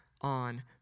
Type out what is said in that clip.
on